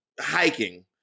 hiking